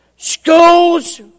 Schools